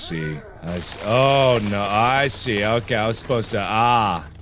see nice. oh no, i see. okay i was supposed to. ah,